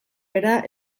bera